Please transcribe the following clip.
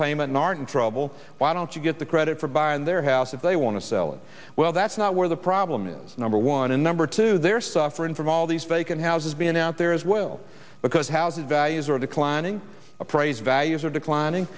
claim and aren't in trouble why don't you get the credit for buying their house if they want to sell it well that's not where the problem is number one and number two they're suffering from all these vacant houses being out there as well because housing values are declining appraised values are declining